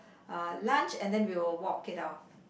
uh lunch and then we will walk it off